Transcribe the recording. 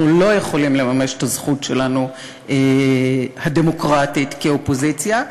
אנחנו לא יכולים לממש את הזכות הדמוקרטית שלנו כאופוזיציה,